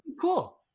cool